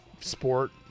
sport